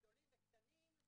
גדולים וקטנים,